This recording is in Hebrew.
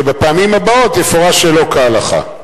שבפעמים הבאות יפורש שלא כהלכה.